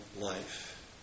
life